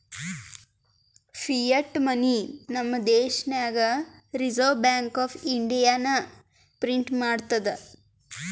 fiat money ನಮ್ ದೇಶನಾಗ್ reserve bank of ಇಂಡಿಯಾನೆ ಪ್ರಿಂಟ್ ಮಾಡ್ತುದ್